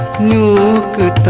you